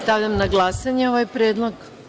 Stavljam na glasanje ovaj predlog.